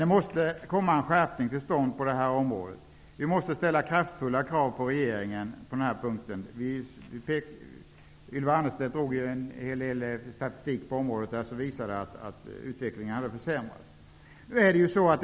Det måste komma till stånd en skärpning på detta område. Vi måste ställa kraftfulla krav på regeringen på den här punkten. Ylva Annerstedt redogjorde för en hel del statistik på området som visade att utveckligen hade försämrats.